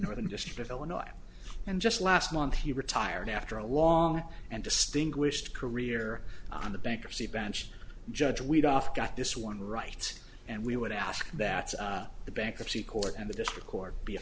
northern district of illinois and just last month he retired after a long and distinguished career on the bankruptcy bench judge we'd off got this one rights and we would ask that the bankruptcy court and the district court b